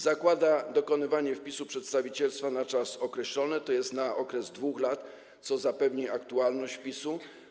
Zakłada dokonywanie wpisu przedstawicielstwa na czas określony, tj. na okres 2 lat, co zapewni aktualność wpisu.